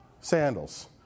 sandals